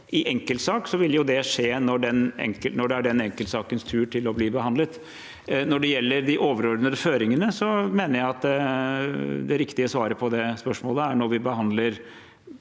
i enkeltsaker vil det skje når det er den enkeltsakens tur til å bli behandlet. Når det gjelder de overordnede føringene, mener jeg det riktige svaret på det spørsmålet er når vi behandler